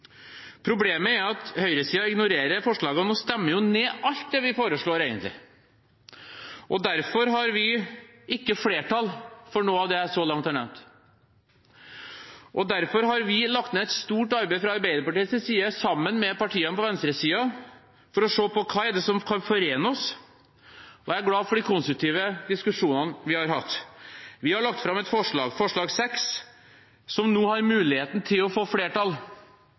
Problemet er at høyresiden ignorerer forslagene og stemmer ned alt det vi foreslår, og vi får ikke flertall for noe av det jeg så langt har nevnt. Derfor har vi fra Arbeiderpartiets side lagt ned et stort arbeid, sammen med partiene på venstresiden, for å se på hva som kan forene oss, og jeg er glad for de konstruktive diskusjonene vi har hatt. Vi har lagt fram et forslag, forslag nr. 6, som vi nå har mulighet til å få flertall